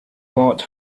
bought